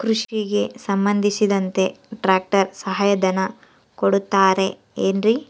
ಕೃಷಿಗೆ ಸಂಬಂಧಿಸಿದಂತೆ ಟ್ರ್ಯಾಕ್ಟರ್ ಸಹಾಯಧನ ಕೊಡುತ್ತಾರೆ ಏನ್ರಿ?